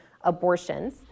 abortions